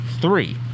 Three